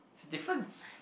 it's difference